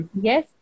Yes